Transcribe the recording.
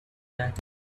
that